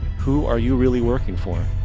who are you really working for?